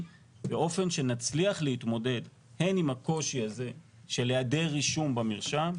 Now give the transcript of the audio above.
באופן שנצליח להתמודד הן עם הקושי הזה של היעדר רישום במרשם,